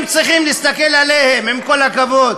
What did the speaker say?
האנטי הזה, שכל דבר שעושים, כן,